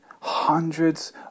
hundreds